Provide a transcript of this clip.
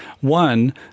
one